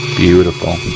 beautiful.